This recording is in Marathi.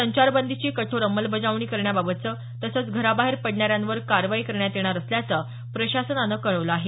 संचारबंदीची कठोर अंमलबजावणी करण्याबाबत तसचं घराबाहेर पडणाऱ्यांवर कारवाई करण्यात येणार असल्याच प्रशासनान कळवल आहे